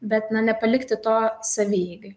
bet na nepalikti to savieigai